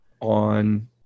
on